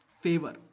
Favor